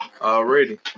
Already